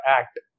act